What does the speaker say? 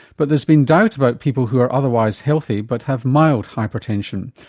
but there's been doubt about people who are otherwise healthy but have mild hypertension.